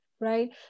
right